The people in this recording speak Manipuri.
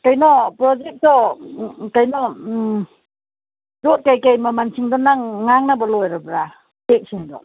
ꯀꯩꯅꯣ ꯄ꯭ꯔꯣꯖꯦꯛꯇꯣ ꯀꯩꯅꯣ ꯌꯣꯠ ꯀꯩꯀꯩ ꯃꯃꯟꯁꯤꯡꯗꯣ ꯅꯪ ꯉꯥꯡꯅꯕ ꯂꯣꯏꯔꯕ꯭ꯔꯥ ꯆꯦꯛꯁꯤꯡꯗꯣ